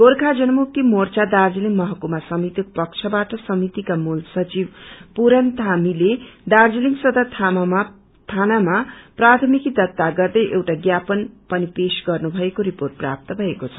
गोर्खा जनमुक्ति मोच्रा दार्जीलिङ महकुमा समितिको पक्षवाअट समितिका मूल सचिव पुरण थामीले दार्जीलिङ सदर थाानामा प्राथमिकी दर्ता गर्दै एउटा ज्ञापन पनि पेश गर्नुभएको रिपोेट प्राप्त भएको छ